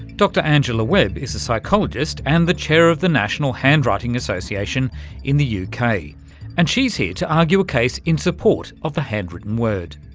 dr angela webb is a psychologist and the chair of the national handwriting association in the uk. kind of and she's here to argue a case in support of the handwritten word.